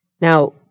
Now